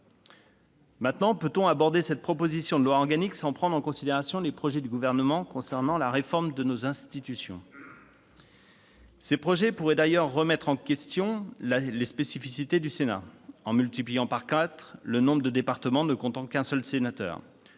Royaume-Uni. Peut-on aborder cette proposition de loi organique sans prendre en considération les projets du Gouvernement concernant la réforme de nos institutions ? Ces projets pourraient d'ailleurs remettre en question les spécificités du Sénat, en multipliant par quatre le nombre de départements ne comptant qu'un seul sénateur